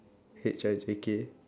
H I J K